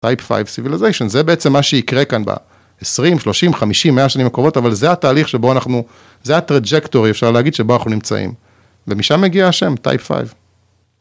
Type 5 civilization, זה בעצם מה שיקרה כאן בעשרים, שלושים, חמישים, מאה, שנים הקרובות, אבל זה התהליך שבו אנחנו, זה ה-trajectory, אפשר להגיד, שבו אנחנו נמצאים. ומשם מגיע השם, Type 5.